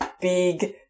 big